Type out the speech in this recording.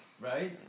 Right